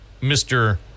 Mr